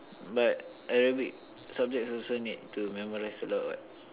but Arabic subjects also need to memorize a lot what